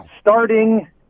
starting